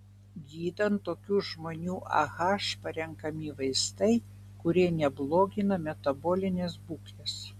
gydant tokių žmonių ah parenkami vaistai kurie neblogina metabolinės būklės